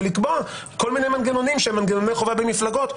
ולקבוע כל מיני מנגנונים שהם מנגנוני חובה במפלגות.